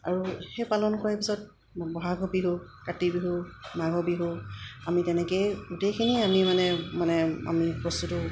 আৰু সেই পালন কৰা পিছত বহাগ বিহু কাতি বিহু মাঘ বিহু আমি তেনেকেই গোটেইখিনি আমি মানে মানে আমি বস্তুটো